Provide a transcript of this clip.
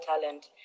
talent